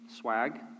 swag